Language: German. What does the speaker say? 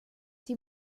die